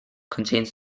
contains